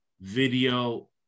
video